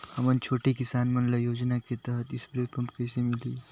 हमन छोटे किसान मन ल योजना के तहत स्प्रे पम्प कइसे मिलही?